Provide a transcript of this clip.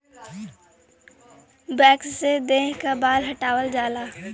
wax से देह क बाल हटावल जाला